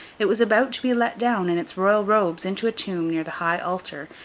it was about to be let down, in its royal robes, into a tomb near the high altar,